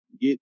get